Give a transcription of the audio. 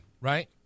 right